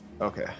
okay